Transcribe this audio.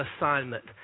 assignment